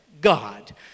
God